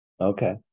Okay